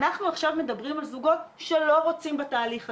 אנחנו מדברים עכשיו על זוגות שלא רוצים בתהליך הזה,